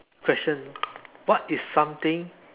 question what is something